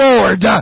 Lord